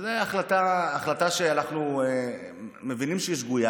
שזו החלטה שאנחנו מבינים שהיא שגויה.